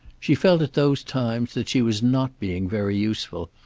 she felt at those times that she was not being very useful,